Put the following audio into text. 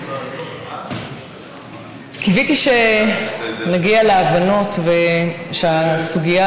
קיוויתי שנגיע להבנות ושהסוגיה,